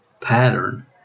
pattern